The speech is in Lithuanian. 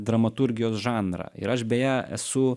dramaturgijos žanrą ir aš beje esu